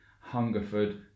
Hungerford